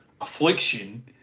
affliction